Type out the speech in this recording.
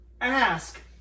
ask